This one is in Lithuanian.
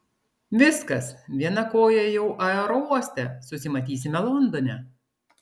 viskas viena koja jau aerouoste susimatysime londone